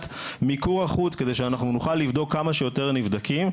מיקור החוץ כדי שאנחנו נוכל לבדוק כמה שיותר נבדקים,